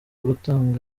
gutanga